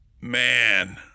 man